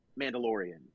Mandalorian